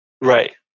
Right